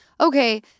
okay